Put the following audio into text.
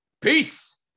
Peace